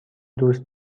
دوست